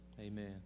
amen